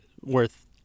worth